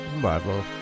Marvel